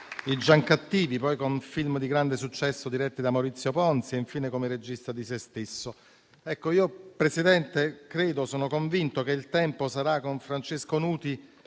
i Giancattivi, poi con film di grande successo diretti da Maurizio Ponzi e infine come regista di sé stesso. Sono convinto che il tempo sarà con Francesco Nuti